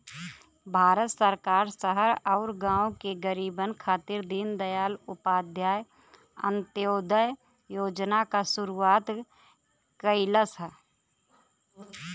भारत सरकार शहर आउर गाँव के गरीबन खातिर दीनदयाल उपाध्याय अंत्योदय योजना क शुरूआत कइलस